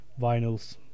vinyls